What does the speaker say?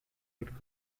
wade